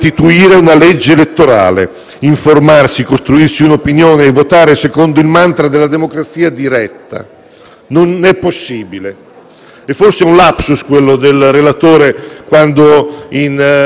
È forse un *lapsus* quello del relatore, quando in replica dice: «Ce ne occuperemo più avanti in altra sede»; non dice «in un altro momento», ma «in un'altra sede», quindi non in Parlamento.